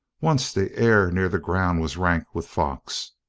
once the air near the ground was rank with fox.